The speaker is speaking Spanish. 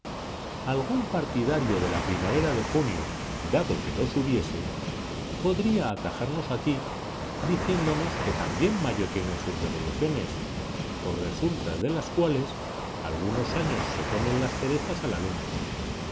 algún partidario de la primavera de junio dado que los hubiese podría atajarnos aquí diciéndonos que también mayo tiene sus revoluciones por resultas de las cuales algunos años se comen las cerezas a la lumbre